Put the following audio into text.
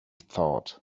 thought